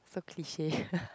so cliche